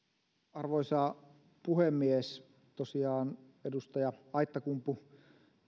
arvoisa puhemies tosiaan edustaja aittakumpu